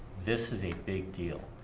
this is a big deal.